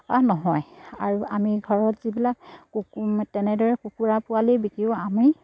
বা নহয় আৰু আমি ঘৰত যিবিলাক তেনেদৰে কুকুৰা পোৱালি বিক্ৰীও আমি